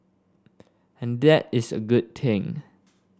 and that is a good thing